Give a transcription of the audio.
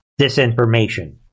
disinformation